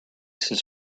space